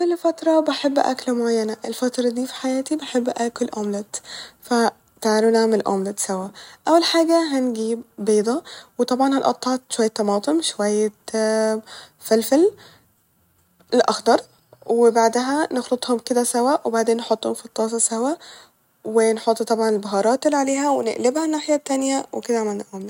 كل فترة بحب اكلة معينة ، الفترة دي ف حياتي بحب آكل أومليت ف تعالو نعمل أومليت سوا ، اول حاجة هنجيب بيضة وطبعا هنقطع شوية طماطم ، شوية فلفل الأخضر وبعدها نخلطهم كده سوا وبعدين نحطهم ف طاسة سوا ونحط طبعا البهارات الل عليها ونقلبها الناحية التانية وكده نبقى عملنا اومليت